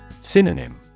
Synonym